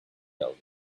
elderly